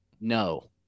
No